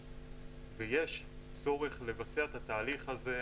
ויש צורך לבצע את התהליך הזה,